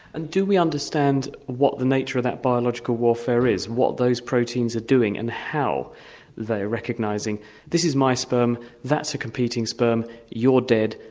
and do we understand what the nature of that biological warfare is? what those proteins are doing and how they're recognising this is my sperm. that's a competing sperm. you're dead.